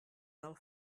del